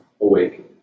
awakening